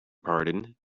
pardon